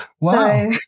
Wow